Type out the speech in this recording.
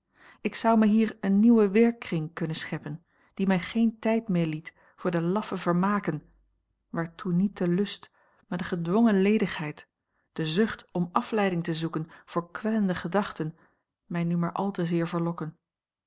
ik zou mij hier een nieuwen werkkring kunnen scheppen die mij geen tijd meer liet voor de laffe vermaken waartoe niet de lust maar de gedwongen ledigheid de zucht om afleiding te zoeken voor kwellende gedachten mij nu maar al te zeer verlokken